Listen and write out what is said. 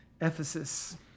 Ephesus